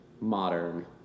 modern